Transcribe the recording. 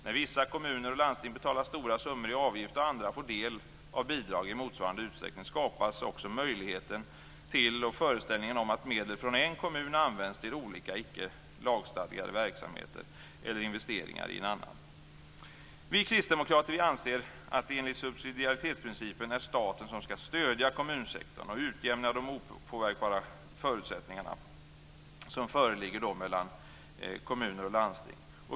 När vissa kommuner och landsting betalar stora summor i avgift och andra får del av bidrag i motsvarande utsträckning skapas också möjligheten till och föreställningen om att medel från en kommun används till olika icke lagstadgade verksamheter eller investeringar i en annan. Vi kristdemokrater anser att det enligt subsidiaritetsprincipen är staten som ska stödja kommunsektorn och utjämna de opåverkbara förutsättningar som föreligger mellan kommuner och landsting.